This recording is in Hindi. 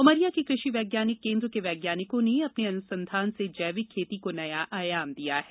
उमरिया के कृषि विज्ञान केन्द्र के वैज्ञानिकों ने अपने अनुसंधान से जैविक खेती को नया आयाम दिया है